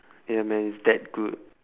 ya man it's that good